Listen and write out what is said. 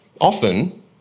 Often